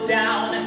down